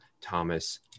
thomas